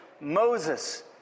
Moses